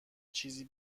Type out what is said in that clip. چیزی